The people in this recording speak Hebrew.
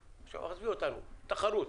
תחרות.